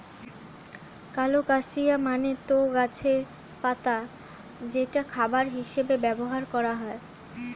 colocasia মানে তো গাছের পাতা যেটা খাবার হিসেবে ব্যবহার করা হয়